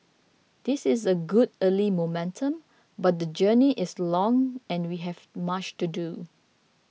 this is a good early momentum but the journey is long and we have much to do